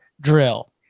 drill